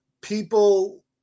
people